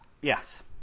Yes